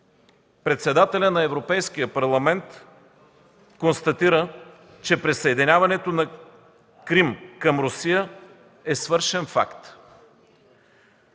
председателят на Европейския парламент констатира, че присъединяването на Крим към Русия е свършен факт.